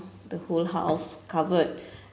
the whole house covered